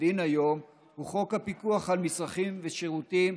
הדין היום הוא חוק הפיקוח על מצרכים ושירותים,